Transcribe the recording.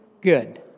Good